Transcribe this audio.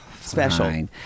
special